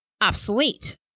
obsolete